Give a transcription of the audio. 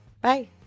Bye